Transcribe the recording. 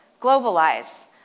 globalize